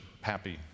happy